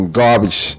garbage